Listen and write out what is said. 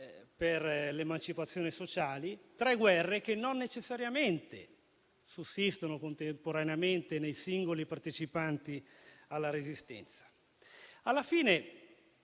per le emancipazioni sociali: tre guerre che non necessariamente sussistono contemporaneamente nei singoli partecipanti alla Resistenza. Alla fine,